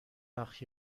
وقت